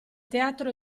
teatro